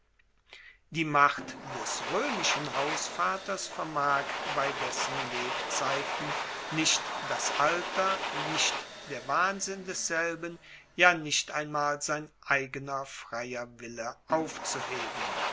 die macht des roemischen hausvaters vermag bei dessen lebzeiten nicht das alter nicht der wahnsinn desselben ja nicht einmal sein eigener freier wille aufzuheben